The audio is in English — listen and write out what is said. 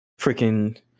freaking